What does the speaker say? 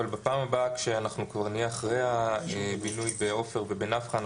אבל בפעם הבאה כשאנחנו כבר נהיה אחרי הבינוי בעופר ובנפחא,